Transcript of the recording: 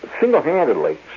single-handedly